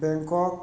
Bangkok